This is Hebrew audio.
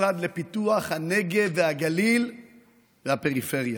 המשרד לפיתוח הנגב והגליל והפריפריה.